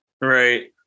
Right